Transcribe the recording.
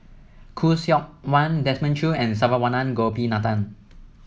Khoo Seok Wan Desmond Choo and Saravanan Gopinathan